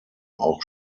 auch